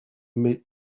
mais